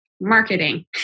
marketing